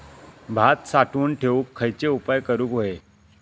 भात साठवून ठेवूक खयचे उपाय करूक व्हये?